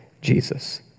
Jesus